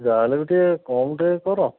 ଯାହେଲେବି ଟିକେ କମ ଟିକେ କର